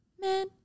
Men